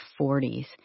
40s